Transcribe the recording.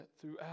throughout